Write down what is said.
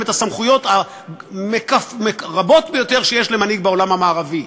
הסמכויות הרבות ביותר שיש למנהיג בעולם המערבי.